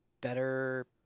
better